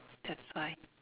that's why